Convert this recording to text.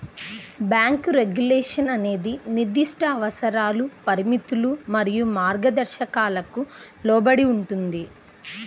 bank regulation అనేది నిర్దిష్ట అవసరాలు, పరిమితులు మరియు మార్గదర్శకాలకు లోబడి ఉంటుంది,